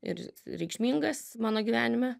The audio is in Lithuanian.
ir reikšmingas mano gyvenime